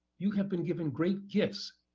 you have been given great gifts,